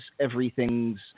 everything's